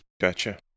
Gotcha